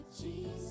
Jesus